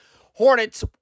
Hornets